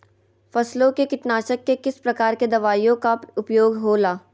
फसलों के कीटनाशक के किस प्रकार के दवाइयों का उपयोग हो ला?